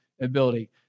ability